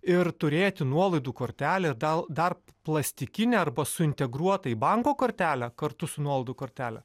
ir turėti nuolaidų kortelę ir dal dar plastikinę arba su integruota į banko kortelę kartu su nuolaidų kortele